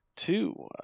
two